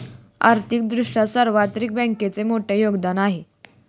आर्थिक दृष्ट्या सार्वत्रिक बँकांचे मोठे योगदान आहे